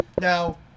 Now